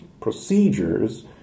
procedures